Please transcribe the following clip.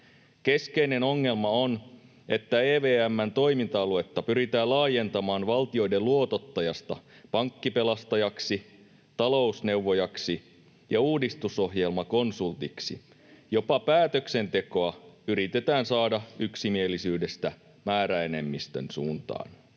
Keskeinen ongelma on, että EVM:n toiminta-aluetta pyritään laajentamaan valtioiden luotottajasta pankkipelastajaksi, talousneuvojaksi ja uudistusohjelmakonsultiksi. Jopa päätöksentekoa yritetään saada yksimielisyydestä määräenemmistön suuntaan.